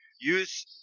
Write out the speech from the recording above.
use